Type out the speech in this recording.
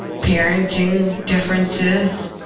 parenting differences,